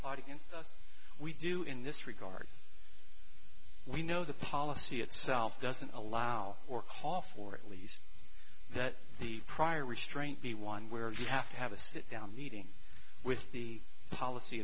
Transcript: us we do in this regard we know the policy itself doesn't allow horcoff or at least that the prior restraint the one where you have to have a sit down meeting with the policy